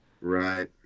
right